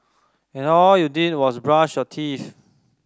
and all you did was brush your teeth